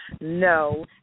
no